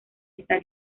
esta